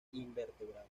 invertebrados